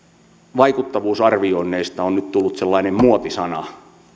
vaikuttavuusarvioinnista on nyt tullut sellainen muotisana